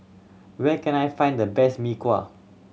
where can I find the best Mee Kuah